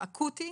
אקוטי.